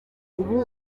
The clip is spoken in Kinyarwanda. ubu